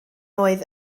oedd